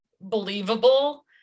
believable